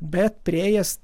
bet priėjęs